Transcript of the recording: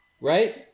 Right